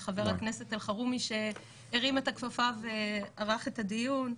לחבר הכנסת אלחרומי שהרים את הכפפה וערך את הדיון,